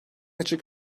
açık